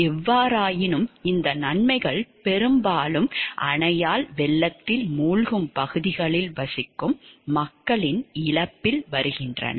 எவ்வாறாயினும் இந்த நன்மைகள் பெரும்பாலும் அணையால் வெள்ளத்தில் மூழ்கும் பகுதிகளில் வசிக்கும் மக்களின் இழப்பில் வருகின்றன